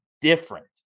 different